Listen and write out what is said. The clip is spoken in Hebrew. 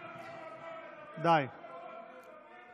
די, די.